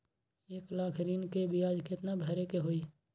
एक लाख ऋन के ब्याज केतना भरे के होई?